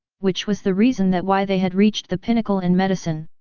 which was the reason that why they had reached the pinnacle in medicine.